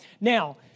Now